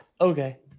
Okay